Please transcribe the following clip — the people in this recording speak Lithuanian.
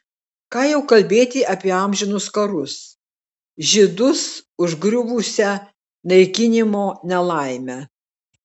ką jau kalbėti apie amžinus karus žydus užgriuvusią naikinimo nelaimę